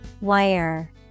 Wire